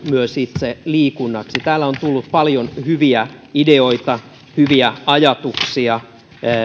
myös itse liikunnaksi täällä on tullut paljon hyviä ideoita hyviä ajatuksia